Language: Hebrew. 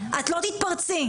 את לא תתפרצי,